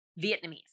Vietnamese